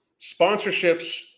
sponsorships